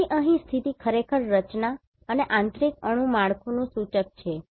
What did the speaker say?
તેથી અહીં સ્થિતિ ખરેખર રચના અને આંતરિક અણુ માળખુંનું સૂચક છે